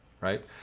right